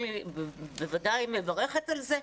אני בוודאי מברכת על זה,